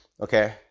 okay